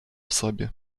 sobie